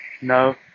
No